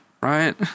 Right